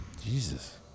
Jesus